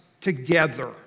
together